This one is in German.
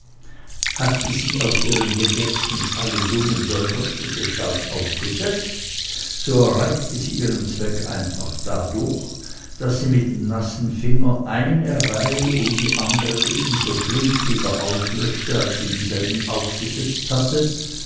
hatte sie aus ihrem gedächtnisse alle summen solchergestalt aufgesetzt so erreichte sie ihren zweck einfach dadurch daß sie mit dem nassen finger eine reihe um die andere ebenso flink wieder auslöschte als sie dieselben aufgesetzt hatte